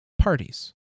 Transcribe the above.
Parties